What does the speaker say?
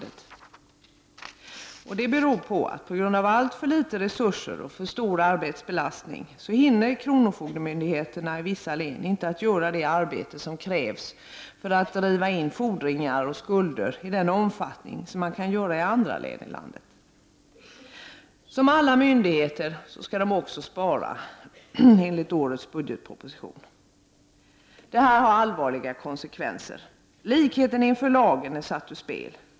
Detta beror på att kronofogdemyndigheterna, på grund av alltför litet resurser och alltför stor arbetsbelastning, i vissa län inte hinner göra det arbete som krävs för att driva in fordringar och skulder i den omfattning som är möjlig i andra län i landet. Som alla myndigheter skall även kronofogdemyndigheten enligt årets budgetproposition spara. Detta får allvarliga konsekvenser. Likheten inför lagen är satt ur spel.